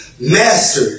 Master